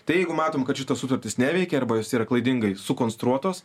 tai jeigu matom kad šita sutartis neveikia arba jos yra klaidingai sukonstruotos